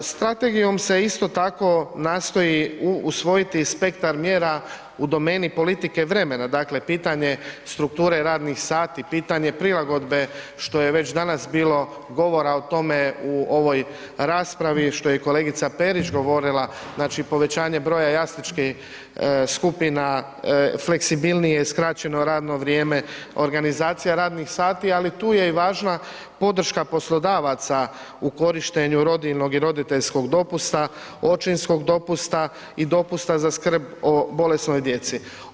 Strategijom se isto tako nastoji usvojiti spektar mjera u domeni politike vremena, dakle pitanje strukture radnih sati, pitanje prilagodbe što je već danas bilo govora o tome u ovoj raspravi, što je i kolegice Perić govorila, znači povećanje broja jasličkih skupina, fleksibilnije i skraćeno radno vrijeme, organizacija radnih sati, ali tu je i važna i podrška poslodavaca u korištenju rodiljnog i roditeljskog dopusta, očinskog dopusta i dopusta za skrb o bolesnoj djeci.